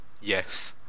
yes